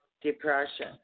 depression